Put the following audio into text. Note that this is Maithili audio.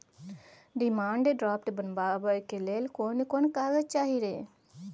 डिमांड ड्राफ्ट बनाबैक लेल कोन कोन कागज चाही रे?